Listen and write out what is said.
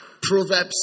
Proverbs